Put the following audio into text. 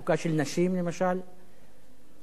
למשל,